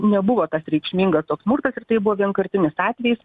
nebuvo tas reikšmingas toks smurtas ir tai buvo vienkartinis atvejis